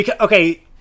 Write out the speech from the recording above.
Okay